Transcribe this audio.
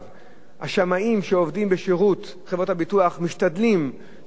השמאים שעובדים בשירות חברות הביטוח משתדלים שזה יהיה,